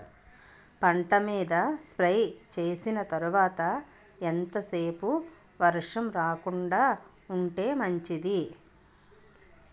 పంట మీద స్ప్రే చేసిన తర్వాత ఎంత సేపు వర్షం రాకుండ ఉంటే మంచిది?